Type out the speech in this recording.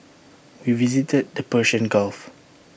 we visited the Persian gulf